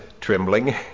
trembling